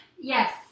Yes